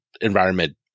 environment